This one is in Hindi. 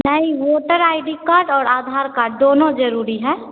नहीं वोटर आई डी कार्ड और आधार कार्ड दोनों जरूरी है